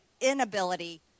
inability